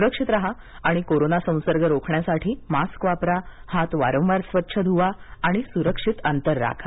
सुक्षित राहा आणि कोरोना संसर्ग रोखण्यासाठी मास्क वापरा हात वारंवार स्वच्छ ध्वा आणि सुरक्षित अंतर राखा